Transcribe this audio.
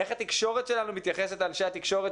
איך התקשורת שלנו מתייחסת לאנשי התקשורת